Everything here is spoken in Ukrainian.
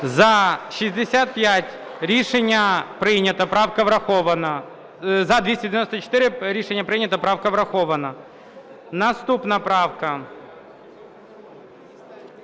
За-294 Рішення прийнято. Правка врахована. Наступна правка…